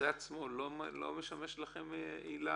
זה עצמו לא משמש לכם עילה?